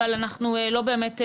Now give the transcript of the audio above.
אבל אנחנו לא באמת יודעים.